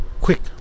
quick